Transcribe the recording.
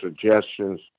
suggestions